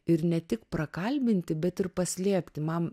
ir ne tik prakalbinti bet ir paslėpti man